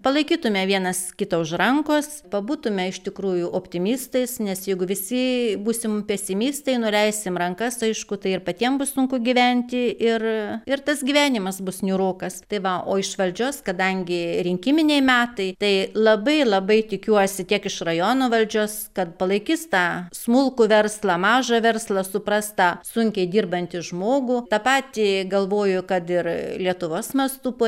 palaikytume vienas kitą už rankos pabūtume iš tikrųjų optimistais nes jeigu visi būsim pesimistai nuleisim rankas aišku tai ir patiem bus sunku gyventi ir ir tas gyvenimas bus niūrokas tai va o iš valdžios kadangi rinkiminiai metai tai labai labai tikiuosi tiek iš rajono valdžios kad palaikys tą smulkų verslą mažą verslą supras tą sunkiai dirbantį žmogų tą patį galvoju kad ir lietuvos mastu po